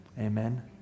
Amen